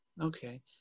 Okay